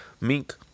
mink